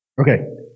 Okay